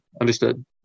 understood